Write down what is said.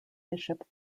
bishop